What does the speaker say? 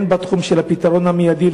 הן בתחום של הפתרון המיידי,